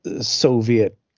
Soviet